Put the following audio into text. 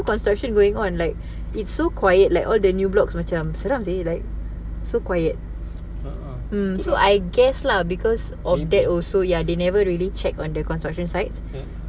uh uh maybe ya